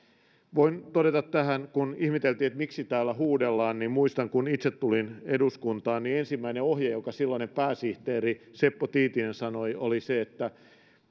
voin todeta tähän kun ihmeteltiin miksi täällä huudellaan että muistan että kun itse tulin eduskuntaan ensimmäinen ohje jonka silloinen pääsihteeri seppo tiitinen sanoi oli se että